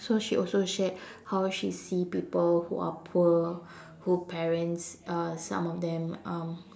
so she also shared how she see people who are poor who parents uh some of them um